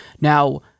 Now